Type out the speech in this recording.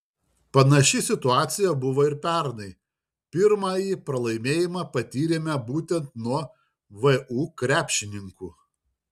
panaši situacija buvo ir pernai pirmąjį pralaimėjimą patyrėme būtent nuo vu krepšininkų